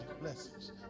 Blessings